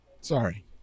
Sorry